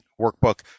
workbook